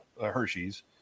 Hershey's